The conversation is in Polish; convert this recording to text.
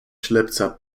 ślepca